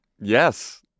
Yes